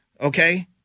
Okay